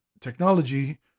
technology